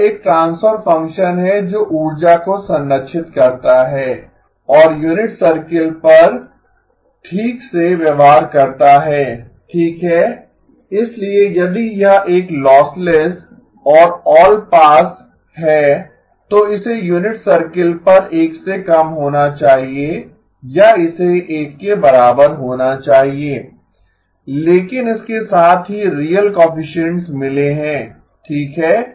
यह एक transfer function है जो ऊर्जा को संरक्षित करता है और यूनिट सर्कल पर ठीक से व्यवहार करता है ठीक है इसलिए यदि यह एक लॉसलेस और ऑलपास है तो इसे यूनिट सर्कल पर 1 से कम होना चाहिए या इसे 1 के बराबर होना चाहिए लेकिन इसे साथ ही रियल कोएफिसिएन्ट्स मिले हैं ठीक है